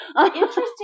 interesting